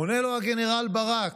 עונה לו הגנרל ברק: